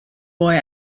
boy